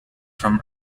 from